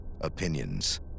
opinions